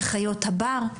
בחיות הבר,